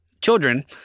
children